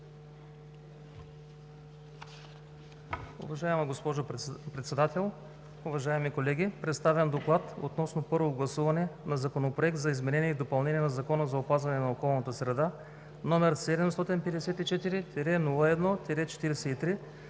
Уважаема госпожо Председател, уважаеми колеги! Представям: „ДОКЛАД относно първо гласуване на Законопроект за изменение и допълнение на Закона за опазване на околната среда, № 754-01-43,